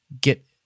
get